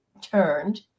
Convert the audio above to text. turned